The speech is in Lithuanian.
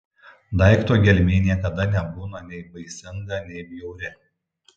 daikto gelmė niekada nebūna nei baisinga nei bjauri